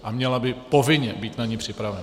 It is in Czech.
A měla by povinně být na ni připravena.